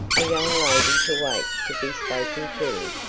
a young lady to wait to be spoken to.